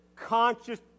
conscious